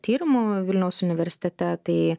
tyrimų vilniaus universitete tai